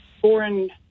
foreign